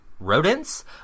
rodents